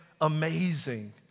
amazing